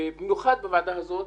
ובמיוחד בוועדה הזאת,